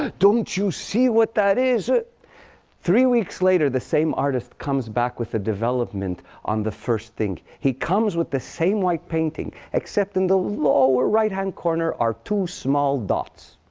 ah don't you see what that is? three weeks later, the same artist comes back with a development on the first thing. he comes with the same white painting except, in the lower right hand corner, are two small dots.